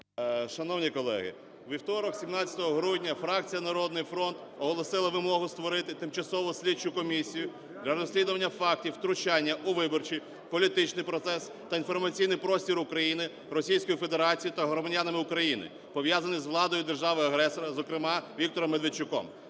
Шановні колеги, у вівторок, 17 грудня, фракція "Народний фронт" оголосила вимогу створити тимчасову слідчу комісію для розслідування фактів втручання у виборчий, політичний процес та інформаційний простір України Російською Федерацією та громадянами України, пов'язаними з владою держави-агресора, зокрема, Віктором Медведчуком.